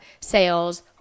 sales